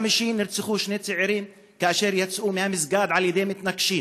כי כאשר נרצחים מתחילת השנה שישה תושבים מבלי לפענח פשעים